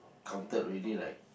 counted already right